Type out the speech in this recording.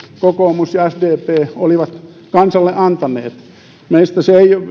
kokoomus ja sdp olivat kansalle antaneet meidän eduskuntaryhmästä se